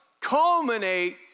Culminate